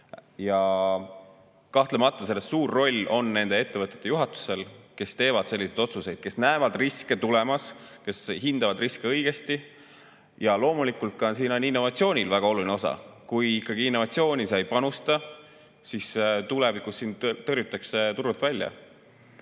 Kahtlemata on selles suur roll nende ettevõtete juhatustel, kes teevad selliseid otsuseid, kes näevad riske tulemas ja kes hindavad riske õigesti. Loomulikult on siin ka innovatsioonil väga oluline osa. Kui sa innovatsiooni ei panusta, siis tulevikus sind tõrjutakse turult välja.